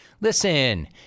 Listen